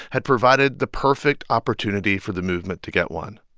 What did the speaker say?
had provided the perfect opportunity for the movement to get one,